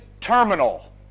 terminal